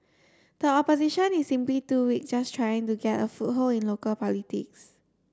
the Opposition is simply too weak just trying to get a foothold in local politics